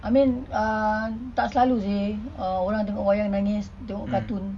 I mean ah tak selalu seh orang tengok wayang nangis tengok cartoon